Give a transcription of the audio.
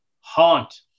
haunt